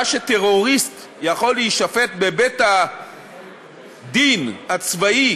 שטרוריסט יכול להישפט בבית-הדין הצבאי